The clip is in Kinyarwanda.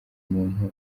muntu